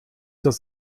das